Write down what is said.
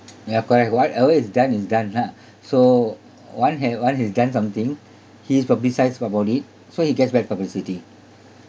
ya correct what always is done is done lah so one ha~ one has done something he is publicised about it so he gets bad publicity